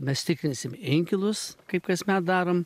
mes tikrinsim inkilus kaip kasmet darom